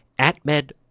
AtMed